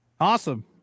Awesome